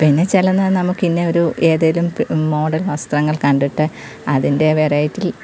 പിന്നെ ചിലത് നമ്മക്കിന്ന ഒരു ഏതെങ്കിലും മോഡൽ വസ്ത്രങ്ങൾ കണ്ടിട്ട് അതിൻ്റെ വെറൈറ്റി